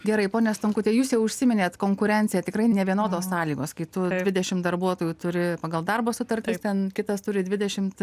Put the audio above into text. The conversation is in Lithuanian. gerai ponia stankutė jūs jau užsiminėt konkurencija tikrai nevienodos sąlygos kai tu dvidešim darbuotojų turi pagal darbo sutarts ten kitas turi dvidešimt